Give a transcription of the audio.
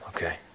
Okay